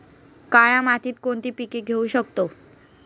काळ्या मातीत कोणती पिके घेऊ शकतो?